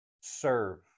Serve